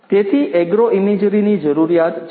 તેથી agro imagery ની જરૂરીયાત છે